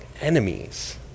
enemies